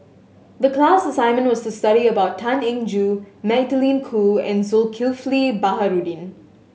the class assignment was to study about Tan Eng Joo Magdalene Khoo and Zulkifli Baharudin